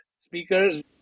speakers